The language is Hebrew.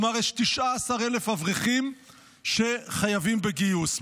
כלומר, יש 19,000 אברכים שחייבים בגיוס.